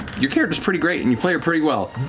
your character's pretty great and you play her pretty well.